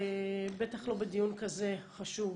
בטח לא בדיון כזה חשוב.